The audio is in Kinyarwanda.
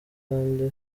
kandi